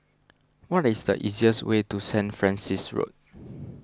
what is the easiest way to Saint Francis Road